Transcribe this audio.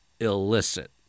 illicit